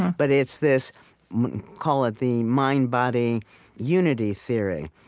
but it's this call it the mind body unity theory.